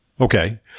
okay